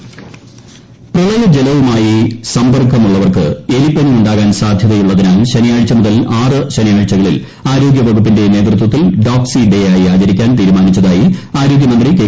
doxy day പ്രളയജലവുമായി സമ്പർക്കമുള്ളവർക്ക് എലിപ്പനി ഉണ്ടാകാൻ സാധ്യതയുള്ളതിനാൽ ശനിയാഴ്ച മുതൽ ആറ് ശനിയാഴ്ചകളിൽ ഡോക്സി ഡേ ആയി ആരോഗ്യവകുപ്പിന്റെ നേതൃത്വത്തിൽ ആചരിക്കാൻ തീരുമാനിച്ചതായി ആരോഗൃമന്ത്രി കെ